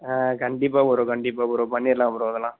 கண்டிப்பாக ப்ரோ கண்டிப்பாக ப்ரோ பண்ணிடலாம் ப்ரோ அதல்லாம்